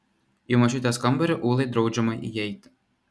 į močiutės kambarį ūlai draudžiama įeiti